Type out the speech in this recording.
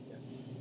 Yes